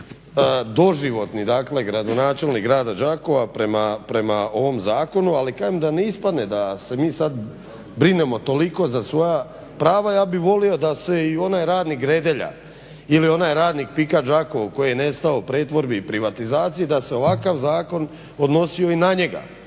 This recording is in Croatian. doživotni dakle gradonačelnik grada Đakova prema ovom zakonu, ali kažem da ne ispadne da se mi sad brinemo toliko za svoja prava ja bih volio da se i onaj radnik Gredelja ili onaj radnik PIK-a Đakovo koji je nestao u pretvorbi i privatizaciji da se ovakav zakon odnosio i na njega.